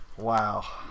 Wow